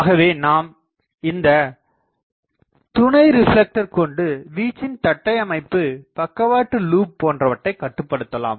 ஆகாவே நாம் இந்த துணை ரிப்லெக்டர் கொண்டு வீச்சின் தட்டை அமைப்பு பக்கவாட்டு லூப் போன்றவற்றை கட்டுப்படுத்தலாம்